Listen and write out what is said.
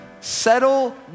settle